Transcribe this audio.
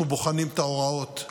אנחנו בוחנים את ההוראות,